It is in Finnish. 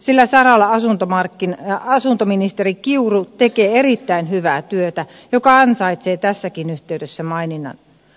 sillä saralla asuntoministeri kiuru tekee erittäin hyvää työtä joka ansaitsee tässäkin yhteydessä maininnan